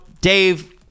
Dave